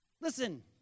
Listen